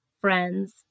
friends